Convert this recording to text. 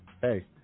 hey